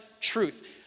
truth